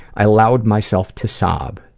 i allowed myself to sob,